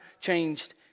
changed